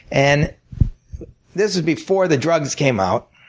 and this was before the drugs came out.